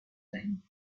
دهیم